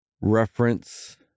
reference